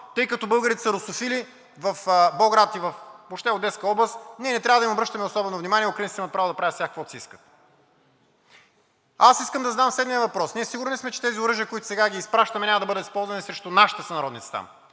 тъй като българите са русофили в Болград и въобще в Одеска област, ние не трябва да им обръщаме особено внимание – украинците имат право да правят с тях каквото си искат! Аз искам да задам следния въпрос: ние сигурни ли сме, че тези оръжия, които сега ги изпращаме, няма да бъдат използвани срещу нашите сънародници там?